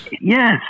Yes